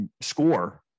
score